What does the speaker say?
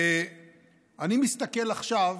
ואני מסתכל עכשיו